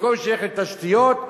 במקום שילכו לתשתיות,